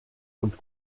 und